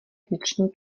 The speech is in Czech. vnitřní